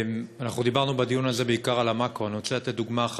אנחנו דיברנו בדיון הזה בעיקר על המקרו, אני